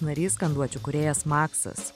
narys skanduočių kūrėjas maksas